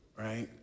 right